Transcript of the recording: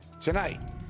Tonight